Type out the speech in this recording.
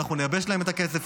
ואנחנו נייבש להם את הכסף.